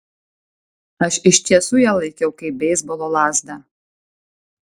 aš iš tiesų ją laikiau kaip beisbolo lazdą